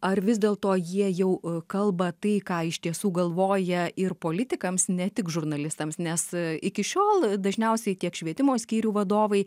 ar vis dėlto jie jau kalba tai ką iš tiesų galvoja ir politikams ne tik žurnalistams nes iki šiol dažniausiai tiek švietimo skyrių vadovai